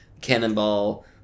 cannonball